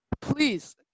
please